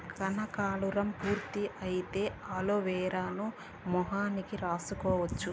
కనకాలురం పూర్తి అయితే అలోవెరాను మొహానికి రాసుకోవచ్చు